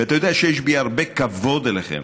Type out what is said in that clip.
ואתה יודע שיש לי הרבה כבוד אליכם,